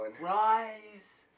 Rise